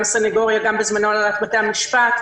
גם הסנגוריה ובזמנו גם הנהלת בתי המשפט,